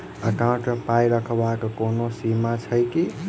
Account मे पाई रखबाक कोनो सीमा छैक की?